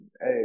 Hey